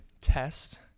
test